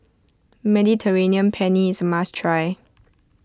Mediterranean Penne is must try